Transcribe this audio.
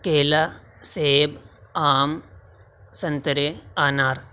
کیلا سیب آم سنترے آنار